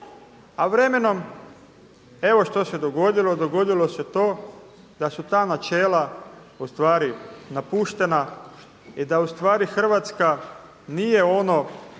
A vremenom evo što se dogodilo? Dogodilo se to da su ta načela u stvari napuštena i da u stvari Hrvatska nije ono